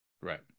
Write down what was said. Right